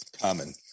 Common